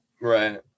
Right